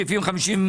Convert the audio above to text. פרק י', סעיפים 50,